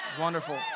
Wonderful